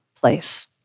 place